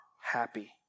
happy